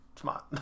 smart